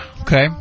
Okay